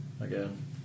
Again